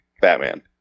Batman